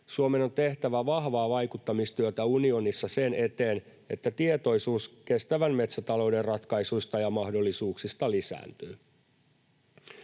Suomen on tehtävä vahvaa vaikuttamistyötä unionissa sen eteen, että tietoisuus kestävän metsätalouden ratkaisuista ja mahdollisuuksista lisääntyy.